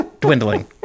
dwindling